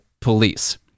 police